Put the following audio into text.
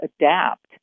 adapt